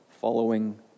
following